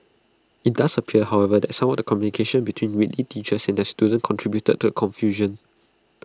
IT does appear however that some of the communication between Whitley teachers and their students contributed to confusion